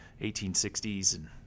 1860s